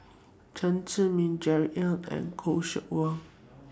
Chen Zhiming Jerry Ng and Khoo Seok Wan